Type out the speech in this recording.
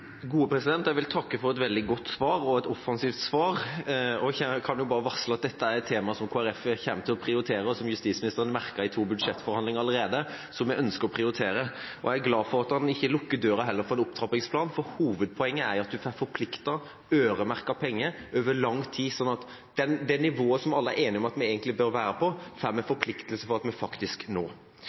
Jeg vil takke for et veldig godt og offensivt svar. Jeg kan jo bare varsle at dette er et tema som Kristelig Folkeparti kommer til å prioritere, og – som justisministeren har merket i to budsjettforhandlinger allerede – som vi ønsker å prioritere. Jeg er glad for at han heller ikke lukker døra for en opptrappingsplan, for hovedpoenget er jo at en får forpliktet øremerkede penger over lang tid sånn at det nivået som alle er enige om at vi egentlig bør være på, får vi forpliktelser på at vi faktisk